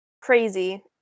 crazy